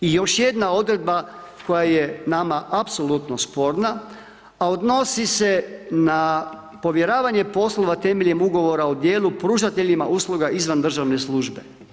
I još jedna odredba koja je nama apsolutno sporna, a odnosi se na povjeravanje poslova temeljem ugovora o djelu, pružateljima usluga izvan državne službe.